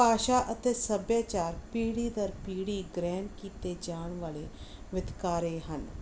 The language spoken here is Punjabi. ਭਾਸ਼ਾ ਅਤੇ ਸੱਭਿਆਚਾਰ ਪੀੜ੍ਹੀ ਦਰ ਪੀੜ੍ਹੀ ਗ੍ਰਹਿਣ ਕੀਤੇ ਜਾਣ ਵਾਲੇ ਵਿਤਕਾਰੇ ਹਨ